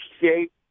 shape